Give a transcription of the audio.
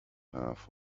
half